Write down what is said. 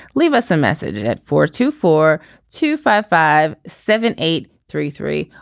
leave us a message at four two four two five five seven eight three three.